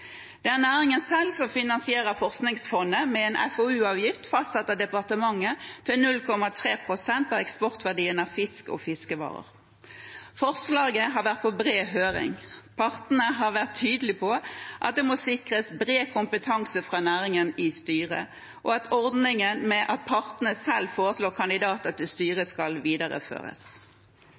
Det er næringen selv som finansierer forskningsfondet, med en FoU-avgift fastsatt av departementet til 0,3 pst. av eksportverdien av fisk og fiskevarer. Forslaget har vært på bred høring. Partene har vært tydelige på at det må sikres bred kompetanse fra næringen i styret, og at ordningen med at partene selv foreslår kandidater til styret, skal videreføres.